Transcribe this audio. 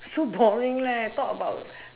so boring leh talk about